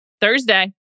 Thursday